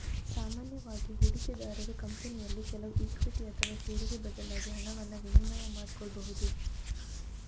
ಸಾಮಾನ್ಯವಾಗಿ ಹೂಡಿಕೆದಾರರು ಕಂಪನಿಯಲ್ಲಿ ಕೆಲವು ಇಕ್ವಿಟಿ ಅಥವಾ ಷೇರಿಗೆ ಬದಲಾಗಿ ಹಣವನ್ನ ವಿನಿಮಯ ಮಾಡಿಕೊಳ್ಬಹುದು